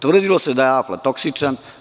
Tvrdilo se da je aflatoksičan.